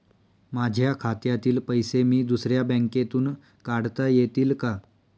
माझ्या खात्यातील पैसे मी दुसऱ्या बँकेतून काढता येतील का?